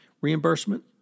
reimbursement